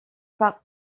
par